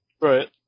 Right